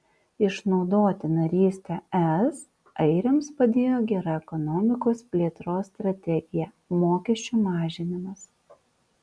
išnaudoti narystę es airiams padėjo gera ekonomikos plėtros strategija mokesčių mažinimas